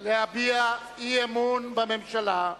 להביע אי-אמון בממשלה.